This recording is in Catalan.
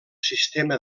sistema